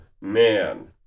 man